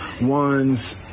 one's